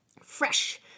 Fresh